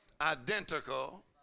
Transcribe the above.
identical